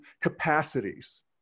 capacities